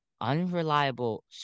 unreliable